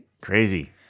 Crazy